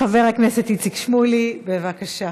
חבר הכנסת איציק שמולי, בבקשה.